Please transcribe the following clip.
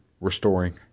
restoring